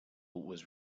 was